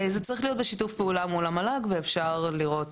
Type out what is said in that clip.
זה צריך להיות בשיתוף פעולה מול המל״ג ואפשר לבדוק